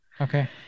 Okay